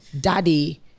daddy